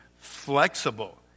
flexible